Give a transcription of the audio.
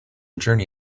journey